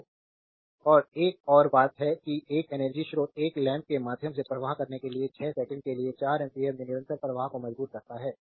तो और एक और बात है और एक एनर्जी स्रोत एक लैंप के माध्यम से प्रवाह करने के लिए 6 सेकंड के लिए 4 एम्पियर के निरंतर प्रवाह को मजबूर करता है